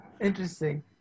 Interesting